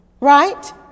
right